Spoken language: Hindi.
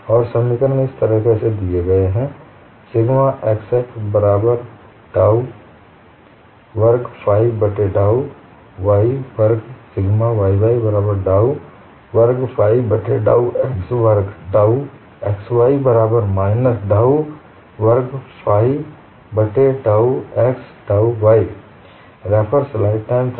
और समीकरण इस तरह दिए गए हैं सिग्मा xx बराबर डाउ वर्ग फाइ बट्टे डाउ y वर्ग सिग्मा yy बराबर डाउ वर्ग फाइ बट्टे डाउ x वर्ग टाउ xy बराबर माइनस डाउ वर्ग फाइ बट्टे डाउ x डाउ y